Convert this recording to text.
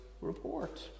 report